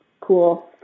cool